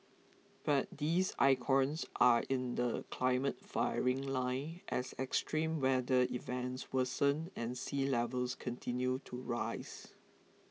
but these icons are in the climate firing line as extreme weather events worsen and sea levels continue to rise